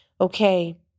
okay